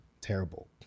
terrible